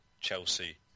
Chelsea